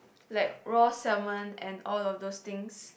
like raw salmon and all of those things